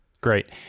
great